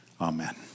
Amen